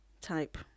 type